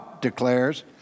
declares